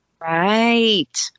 Right